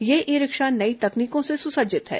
यह e rickshaw नई तकनीकों से सुसज्जित है